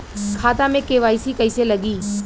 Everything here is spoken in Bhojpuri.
खाता में के.वाइ.सी कइसे लगी?